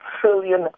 trillion